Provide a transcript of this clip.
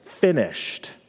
finished